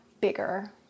bigger